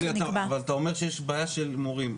אבל אם אתה אומר שיש בעיה של מורים,